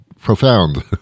profound